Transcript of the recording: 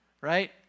right